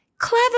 clever